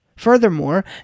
Furthermore